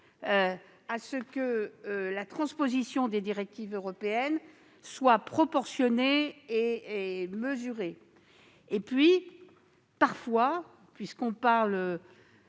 à ce que la transposition des directives européennes soit proportionnée et mesurée. Puisqu'il est question de